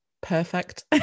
perfect